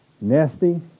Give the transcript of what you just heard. nasty